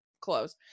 close